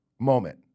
moment